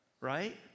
Right